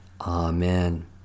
Amen